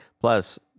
Plus